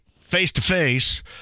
face-to-face